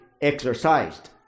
exercised